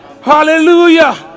Hallelujah